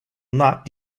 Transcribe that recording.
not